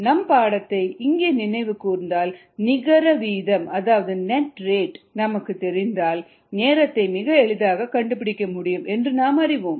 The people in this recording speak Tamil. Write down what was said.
நம் பாடத்தை இங்கே நினைவு கூர்ந்தால் நிகர வீதம் அதாவது நெட் ரேட் நமக்குத் தெரிந்தால் நேரத்தை மிக எளிதாக கண்டுபிடிக்க முடியும் என்று நாம் அறிவோம்